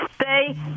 stay